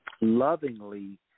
lovingly